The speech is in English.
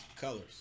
Colors